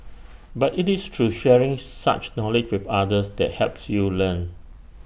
but IT is through sharing such knowledge with others that helps you learn